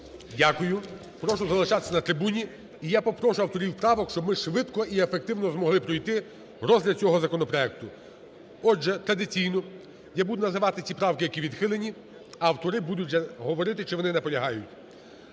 Дякую. Прошу залишатися на трибуні. І я попрошу авторів правок, щоб ми швидко і ефективно змогли пройти розгляд цього законопроекту. Отже, традиційно, я буду називати ці правки, які відхилені, а автори будуть говорити, чи вони наполягають.